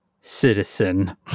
citizen